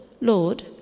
Lord